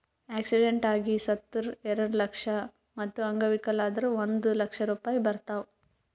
accident ಆಗಿ ಸತ್ತುರ್ ಎರೆಡ ಲಕ್ಷ, ಮತ್ತ ಅಂಗವಿಕಲ ಆದುರ್ ಒಂದ್ ಲಕ್ಷ ರೂಪಾಯಿ ಬರ್ತಾವ್